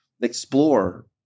explore